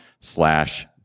slash